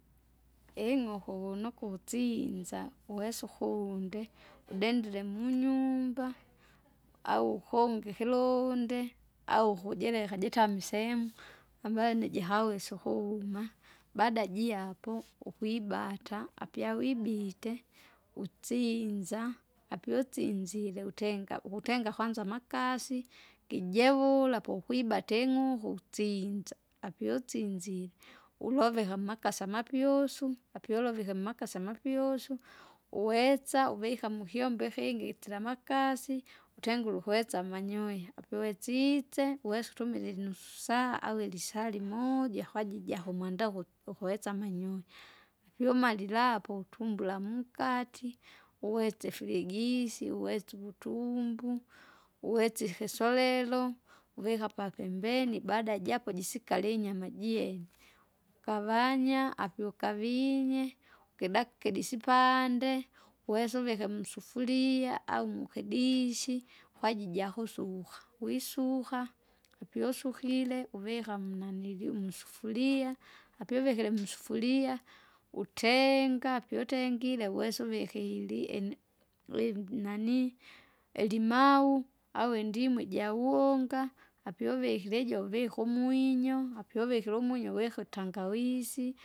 Ing'uku vunukutsinza uwesa ukuunde, udindile munyumba, au ukonge ikilunde, au ukujileka jitame isemu mabayo nijihawesa ukuuma. Baada jiapo ukwibata. apyawibite, utsinza, apyausinzire utenga ukutenga kwanza amakasi, kijevula poukwibate ing'uku utsinza, apiusizure, uloveka amakasi amapyusu, apyu ulovike mmakasi amapyusu, uwetsa uvika mukyombo ikingi itila amakasi, utengule ukuwesa amanyoya, apouwesitse uwesa utumile inususaa au ilisaa limoja kwaji jakumwandaa uku- ukuwesa amanyunyuya. Apiumalile apo utumbula munkati uwetse firigisi, uwese uvutumbu, uwetse ihisolelo, uvika papembeni baada japo jisikali inyama jiene, ukavanya apiukavinye ukidaki ikidisipande, uwese uvike musufuria au mukidishi, kwaji jakusuka, wisuka apyu usukire uvika munanii musufuria, apiuvikire musufuri utenga apitengire uwesa uvike ili- ini- ivinanii ilimau au indimu ijawunga, apyu uvikire ijo uvika umwinyo apyu uvikire umwinyo uvika utangawisi.